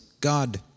God